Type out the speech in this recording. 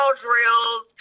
drills